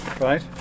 Right